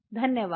धन्यवाद